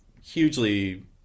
hugely